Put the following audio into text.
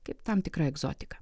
kaip tam tikra egzotika